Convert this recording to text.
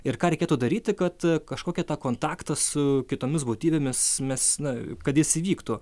ir ką reikėtų daryti kad kažkokį tą kontaktą su kitomis būtybėmis mes na kad jis įvyktų